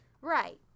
Right